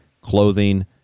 clothing